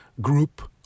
group